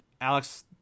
Alex